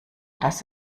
das